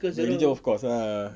bad religion of course ah